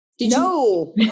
No